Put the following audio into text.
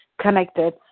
connected